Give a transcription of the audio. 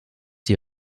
die